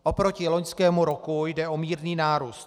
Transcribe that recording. Oproti loňskému roku jde o mírný nárůst.